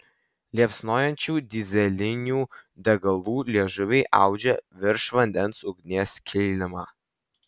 liepsnojančių dyzelinių degalų liežuviai audžia virš vandens ugnies kilimą